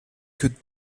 could